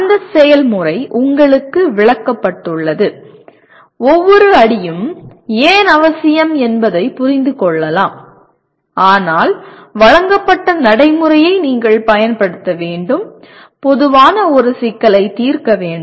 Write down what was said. அந்த செயல்முறை உங்களுக்கு விளக்கப்பட்டுள்ளது ஒவ்வொரு அடியும் ஏன் அவசியம் என்பதைப் புரிந்து கொள்ளலாம் ஆனால் வழங்கப்பட்ட நடைமுறையை நீங்கள் பயன்படுத்த வேண்டும் பொதுவான ஒரு சிக்கலை தீர்க்க வேண்டும்